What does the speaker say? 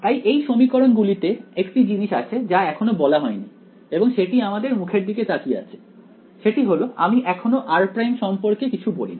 তাই এই সমীকরণ গুলিতে একটি জিনিস আছে যা এখনো বলা হয়নি এবং সেটি আমাদের মুখের দিকে তাকিয়ে আছে সেটি হলো আমি এখনো r' সম্পর্কে কিছু বলিনি